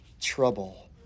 trouble